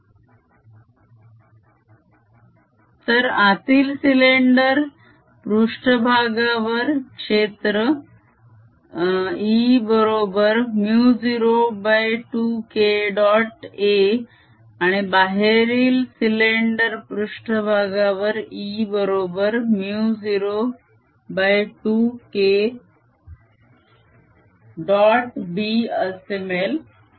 E0s2dKdt तर आतील cylinder पृष्ट्भागावर क्षेत्र E बरोबर μ02Kडॉट a आणि बाहेरील सिलेंडर पृष्ट्भागावर E बरोबर μ02Kडॉट b मिळेल